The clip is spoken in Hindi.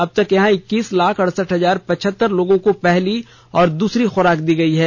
अबतक यहां इक्कीस लाख अडसठ हजार पचहत्तर लोगों को पहली और दूसरी खुराक दी गयी है